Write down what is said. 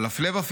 אבל, הפלא ופלא,